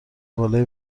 بالای